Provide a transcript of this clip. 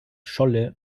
scholle